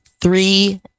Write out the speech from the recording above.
three